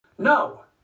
No